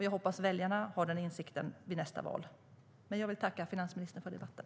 Jag hoppas att väljarna har den insikten vid nästa val. Jag tackar finansministern för debatten.